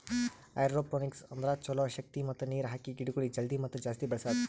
hydroponics ಅಂದುರ್ ಛಲೋ ಶಕ್ತಿ ಮತ್ತ ನೀರ್ ಹಾಕಿ ಗಿಡಗೊಳ್ ಜಲ್ದಿ ಮತ್ತ ಜಾಸ್ತಿ ಬೆಳೆಸದು